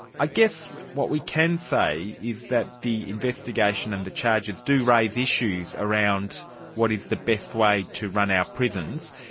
i guess what we can say is that the investigation and the charges do raise issues around what is the best way to run our prisons.